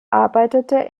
arbeitete